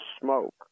smoke